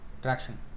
Traction